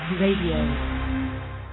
Radio